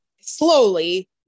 slowly